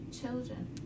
children